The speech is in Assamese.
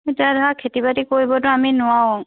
এতিয়া ধৰা খেতি বাতি কৰিবতো আমি নোৱাৰোঁ